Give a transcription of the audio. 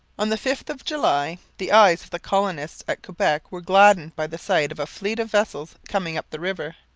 on the fifth of july the eyes of the colonists at quebec were gladdened by the sight of a fleet of vessels coming up the river.